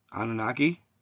Anunnaki